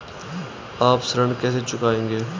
आप ऋण कैसे चुकाएंगे?